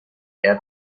air